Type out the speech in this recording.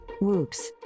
Whoops